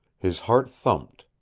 his heart thumped.